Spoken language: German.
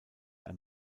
ein